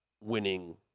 winning